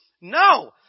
No